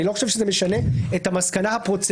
אני לא חושב שזה משנה את המסקנה הפרוצדורלית,